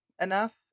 enough